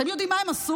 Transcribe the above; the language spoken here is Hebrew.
אתם יודעים מה הם עשו?